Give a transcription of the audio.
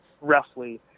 roughly